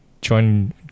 join